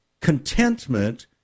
contentment